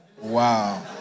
Wow